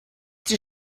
die